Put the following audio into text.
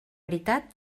veritat